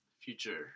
future